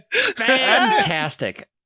fantastic